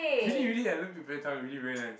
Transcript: really really I love 鱼片汤:Yu-Pian-Tang really very nice